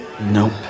Nope